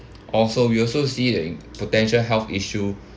also we also see the in~ potential health issue